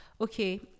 Okay